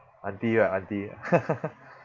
aunty right aunty